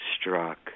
struck